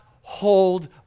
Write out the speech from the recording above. hold